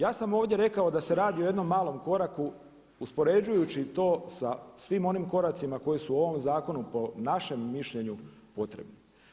Ja sam ovdje rekao da se radi o jednom malom koraku uspoređujući to sa svim onim koracima koji su u ovom zakonu po našem mišljenju potrebni.